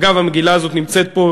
אגב, המגילה הזאת נמצאת פה,